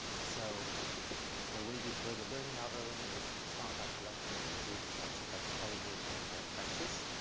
so the way you build a learning algorithm is start by collecting a data-set of houses, and their prices.